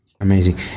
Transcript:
Amazing